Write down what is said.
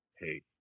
hey